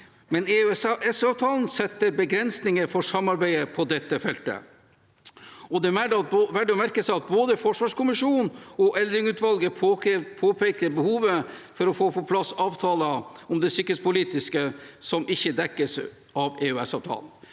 gang. EØS-avtalen setter imidlertid begrensninger for samarbeidet på dette feltet, og det er verdt å merke seg at både forsvarskommisjonen og Eldring-utvalget påpeker behovet for å få på plass avtaler om det sikkerhetspolitiske som ikke dekkes av EØS-avtalen.